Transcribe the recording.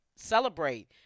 Celebrate